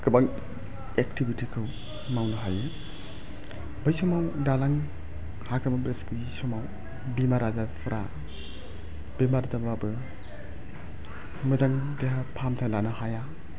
गोबां एक्तिबिटिखौ मावनो हायो बै समाव दालां हाग्रामा ब्रिज गैयै समाव बेमार आजारफोरा बेमार दंब्लाबो मोजां देहा फाहामथाय लानो हाया